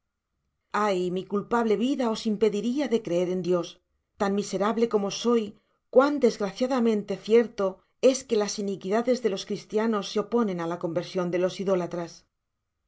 ay mi culpable vida os impediria de creer en dios tan miserable como soy cuán desgraciadamente cierto es que las iniquidades de los cristianos se oponen á la conversion de los idolatras